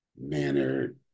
mannered